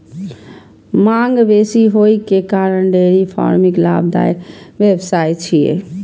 मांग बेसी होइ के कारण डेयरी फार्मिंग लाभदायक व्यवसाय छियै